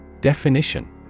Definition